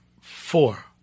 four